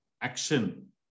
action